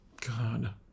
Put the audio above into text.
God